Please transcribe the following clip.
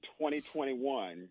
2021